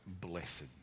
blessed